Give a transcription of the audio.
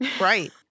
Right